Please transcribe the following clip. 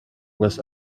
was